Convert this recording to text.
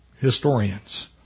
historians